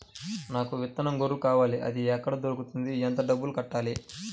నాకు విత్తనం గొర్రు కావాలి? అది ఎక్కడ దొరుకుతుంది? ఎంత డబ్బులు కట్టాలి?